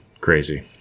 crazy